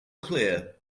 clear